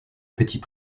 petit